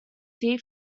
see